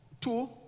Two